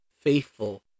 faithful